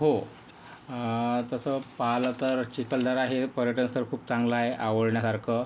हो तसं पाहिलं तर चिखलदरा हे पर्यटनस्थळ खूप चांगलं आहे आवडण्यासारखं